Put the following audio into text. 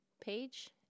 page